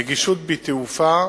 נגישות בתעופה: